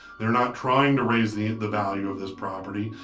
they're not trying to raise the the value of this property.